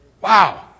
Wow